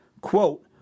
quote